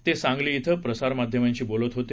ते सांगली धिं प्रसार माध्यमांशी बोलत होते